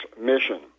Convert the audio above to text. mission